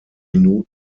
minuten